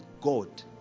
God